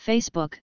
Facebook